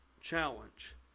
challenge